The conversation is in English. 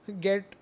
get